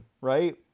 right